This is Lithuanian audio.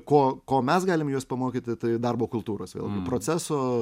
ko ko mes galime juos pamokyti tai darbo kultūros proceso